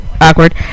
Awkward